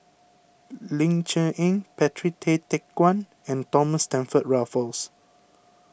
Ling Cher Eng Patrick Tay Teck Guan and Thomas Stamford Raffles